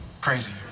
crazy